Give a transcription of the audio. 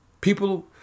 People